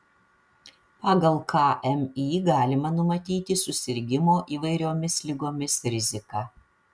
pagal kmi galima numatyti susirgimo įvairiomis ligomis riziką